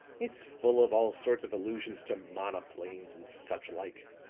it's full of all sorts of allusions to monoplanes and such like,